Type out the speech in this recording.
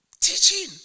teaching